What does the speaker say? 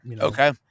Okay